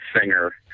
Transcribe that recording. singer